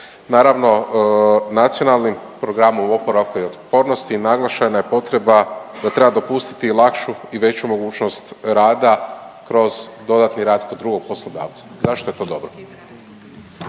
pitanje vama ide oko dodatnog rada, naravno NPOO naglašena je potreba da treba dopustiti lakšu i veću mogućnost rada kroz dodatni rad kod drugog poslodavca. Zašto je to dobro?